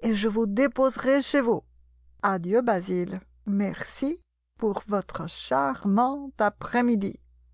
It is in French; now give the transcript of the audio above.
et je vous déposerai chez vous adieu basil merci pour votre charmante après-midi